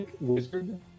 wizard